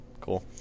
cool